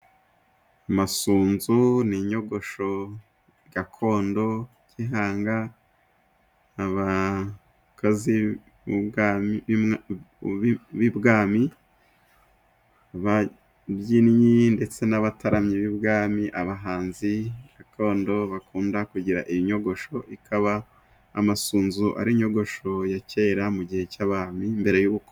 Amasunzu ni inyogosho gakondo gihanga abakozi b'ibwami ababyinnyi, ndetse n'abataramyi b'ibwami, abahanzi gakondo bakunda kugira iyi nyogosho ikaba amasunzu ari inyogosho ya kera mu gihe cy'abami mbere y'ubukoroni.